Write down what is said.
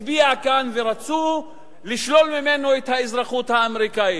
הצביע כאן, ורצו לשלול ממנו את האזרחות האמריקנית.